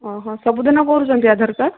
ସବୁଦିନ କରୁଚନ୍ତି ଆଧାର କାର୍ଡ଼